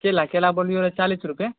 केला केला बोललियौ रहए चालीस रुपैए